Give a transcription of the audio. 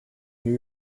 new